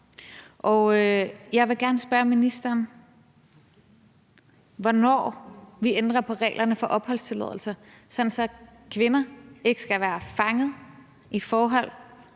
Jeg vil gerne spørge ministeren, hvornår vi ændrer på reglerne for opholdstilladelse, sådan at kvinder ikke skal være fanget i forhold,